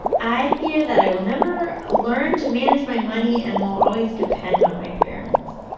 i fear that i will never ah learn to manage my money and will always depend on my parents.